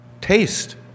taste